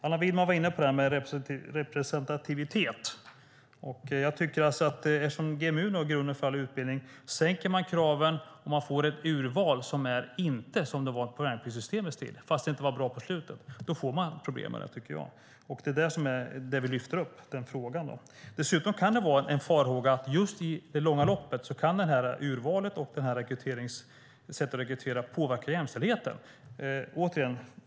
Allan Widman var inne på frågan om representativitet. Eftersom GMU nu är grunden för all utbildning sänker man kraven och får ett urval som inte är som det var på värnpliktsförsvarets tid, även om det inte var bra på slutet. Då får man problem. Det är den frågan som vi lyfter fram. Dessutom finns det farhågor om att detta urval och detta sätt att rekrytera i det långa loppet kan påverka jämställdheten.